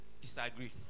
disagree